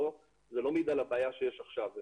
זה לא מעיד על הבעיה שיש עכשיו.